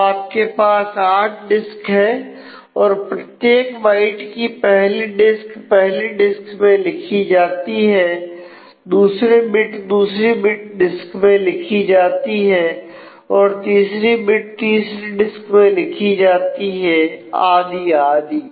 तो आपके पास 8 डिस्क हैं और प्रत्येक बाइट की पहली बिट पहली डिस्क में लिखी जाती है दूसरे बिट दूसरी डिस्क में लिखी जाती है और तीसरी बिट तीसरी डिस्क में लिखी जाती है आदि आदि